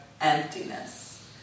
emptiness